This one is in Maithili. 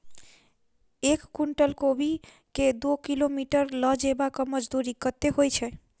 एक कुनटल कोबी केँ दु किलोमीटर लऽ जेबाक मजदूरी कत्ते होइ छै?